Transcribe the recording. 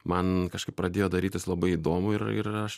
man kažkaip pradėjo darytis labai įdomu ir ir aš